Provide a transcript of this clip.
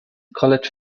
college